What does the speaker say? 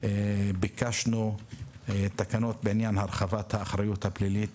ביקשנו בעניין הרחבת האחריות הפלילית